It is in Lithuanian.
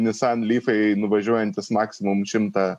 nissan lyfai nuvažiuojantys maksimom šimtą